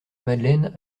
madeleine